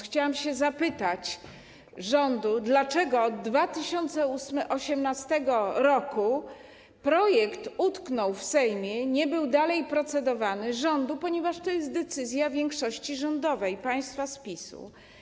Chciałam zapytać rząd, dlaczego od 2018 r. projekt utknął w Sejmie, nie był procedowany - rząd, ponieważ to jest decyzja większości rządowej, państwa z PiS-u.